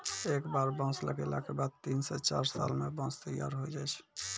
एक बार बांस लगैला के बाद तीन स चार साल मॅ बांंस तैयार होय जाय छै